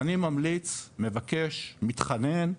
אני ממליץ, מבקש, מתחנן,